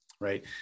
Right